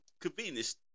convenience